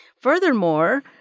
furthermore